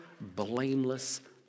blameless